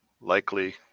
Likely